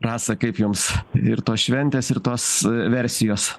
rasa kaip jums ir tos šventės ir tos versijos